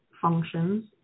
functions